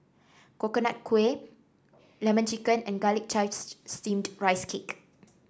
Coconut Kuih lemon chicken and Garlic Chives Steamed Rice Cake